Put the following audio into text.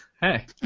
Hey